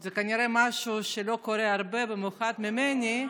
זה כנראה משהו שלא קורה הרבה, במיוחד אצלי.